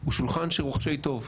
הוא שולחן של רוחשי טוב,